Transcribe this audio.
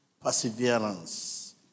Perseverance